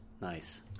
Nice